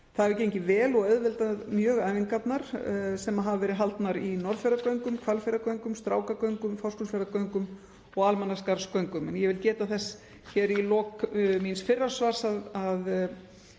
Það hefur gengið vel og auðveldað mjög æfingarnar sem hafa verið haldnar í Norðfjarðargöngum, Hvalfjarðargöngum, Strákagöngum, Fáskrúðsfjarðargöngum og Almannaskarðsgöngum. En ég vil geta þess hér í lok míns fyrra svars að